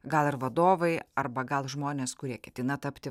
gal ir vadovai arba gal žmonės kurie ketina tapti